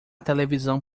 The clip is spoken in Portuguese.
televisão